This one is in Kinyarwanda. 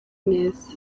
neza